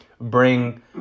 bring